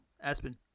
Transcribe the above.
aspen